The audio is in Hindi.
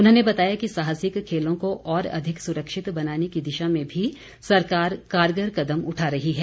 उन्होंने बताया कि साहसिक खेलों को और अधिक सुरक्षित बनाने की दिशा में भी सरकार कारगर कदम उठा रही है